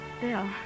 Bill